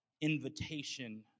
invitation